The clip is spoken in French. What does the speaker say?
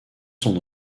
son